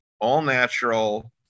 all-natural